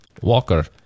Walker